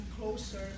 closer